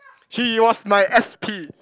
she was my s_p